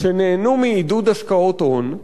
שנהנו מעידוד השקעות הון,